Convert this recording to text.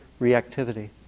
reactivity